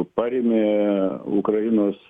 parėmė ukrainos